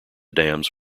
dams